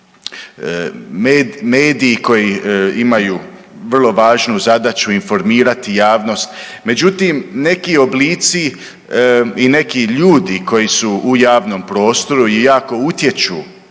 medij koji imaju vrlo važnu zadaću informirati javnost. Međutim, neki oblici i neki ljudi koji su u javnom prostoru i jako utječu